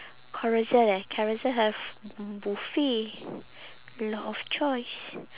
Carousel eh Carousel have buffet a lot of choice